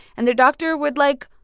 and their doctor would, like,